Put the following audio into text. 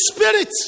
spirit